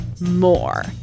more